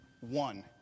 one